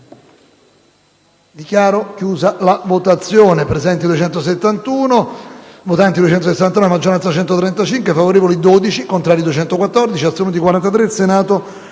Dichiaro aperta la votazione.